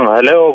Hello